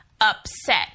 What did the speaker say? upset